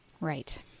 Right